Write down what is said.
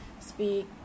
speak